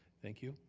thank you.